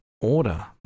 order